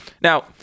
Now